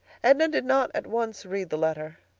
edna did not at once read the letter.